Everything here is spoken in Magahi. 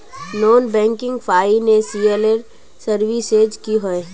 नॉन बैंकिंग फाइनेंशियल सर्विसेज की होय?